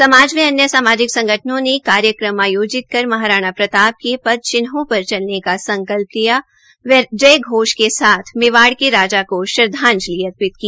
समाज व अन्य सामाजिक संगठनों ने कार्यक्रम आयोजित कर महाराणा प्रताप के पद्चिह्नों पर चलने का संकल्प लिया व जयघोष के साथ मेवाड़ के राजा को श्रद्वांजलि अर्पित की